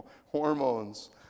Hormones